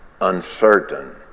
Uncertain